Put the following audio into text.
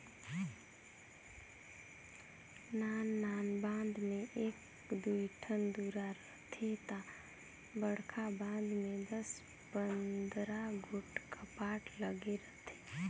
नान नान बांध में एक दुई ठन दुरा रहथे ता बड़खा बांध में दस पंदरा गोट कपाट लगे रथे